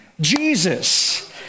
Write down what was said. Jesus